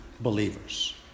believers